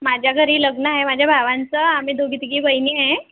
माझ्या घरी लग्न आहे माझ्या भावांचं आम्ही दोघी तिघी बहिणी आहे